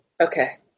Okay